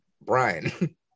Brian